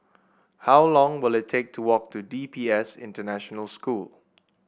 how long will it take to walk to D P S International School